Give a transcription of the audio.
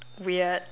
weird